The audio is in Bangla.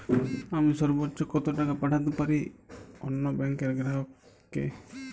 আমি সর্বোচ্চ কতো টাকা পাঠাতে পারি অন্য ব্যাংকের গ্রাহক কে?